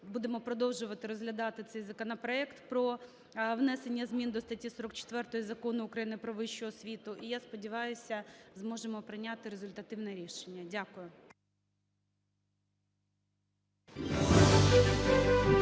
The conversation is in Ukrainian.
будемо продовжувати розглядати цей законопроект про внесення змін до статті 44 Закону України "Про вищу освіту". І, я сподіваюся, зможемо прийняти результативне рішення. Дякую.